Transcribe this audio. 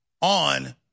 on